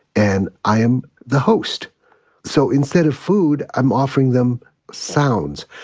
and i am the host so instead of food, i'm offering them sounds.